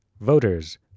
Voters